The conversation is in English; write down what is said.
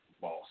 Boss